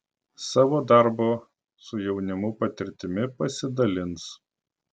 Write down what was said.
savo darbo su jaunimu patirtimi pasidalins